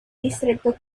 distretto